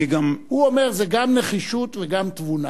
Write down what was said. אני גם, הוא אומר: זו גם נחישות וגם תבונה.